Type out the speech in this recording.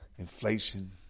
Inflation